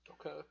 Okay